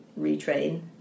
retrain